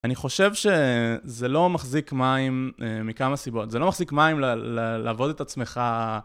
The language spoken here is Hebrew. אני חושב שזה לא מחזיק מים מכמה סיבות. זה לא מחזיק מים לעבוד את עצמך...